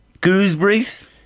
Gooseberries